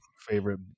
favorite